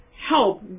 help